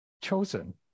chosen